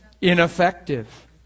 Ineffective